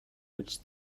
which